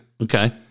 okay